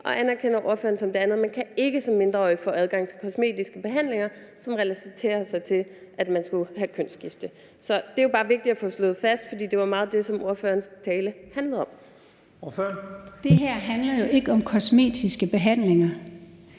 Anerkender ordføreren som det andet, at man ikke som mindreårig kan få adgang til kosmetiske behandlinger, som relaterer sig til, at man skulle have kønsskifte? Det er jo bare vigtigt at få slået fast, for det var meget det, som ordførerens tale handlede om. Kl. 12:05 Første næstformand (Leif